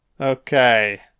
Okay